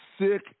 sick